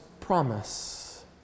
promise